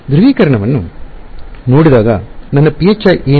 ಆದ್ದರಿಂದ ನಾನು TM ಧ್ರುವೀಕರಣವನ್ನು ನೋಡಿದಾಗ ನನ್ನ phi ಏನು